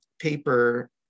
paper